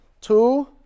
Two